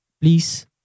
please